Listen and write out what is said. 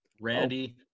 randy